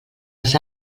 els